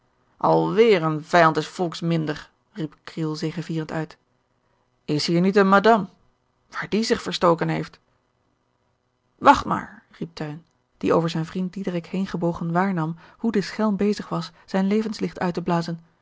alweder een vijand des volks minder riep kriel zegevierend uit is hier niet eene madam waar die zich verstoken heeft wacht maar riep teun die over zijn vriend diederik heen gebogen waarnam hoe de schelm bezig was zijn levenslicht uit te blazen